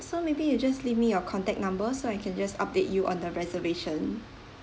so maybe you just leave me your contact number so I can just update you on the reservation